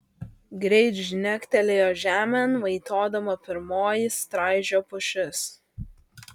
greit žnegtelėjo žemėn vaitodama pirmoji straižio pušis